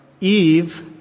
Eve